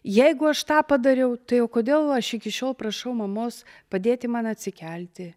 jeigu aš tą padariau tai o kodėl aš iki šiol prašau mamos padėti man atsikelti